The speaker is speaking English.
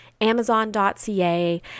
amazon.ca